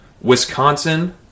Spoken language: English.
wisconsin